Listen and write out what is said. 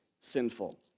sinful